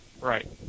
Right